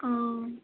ஆ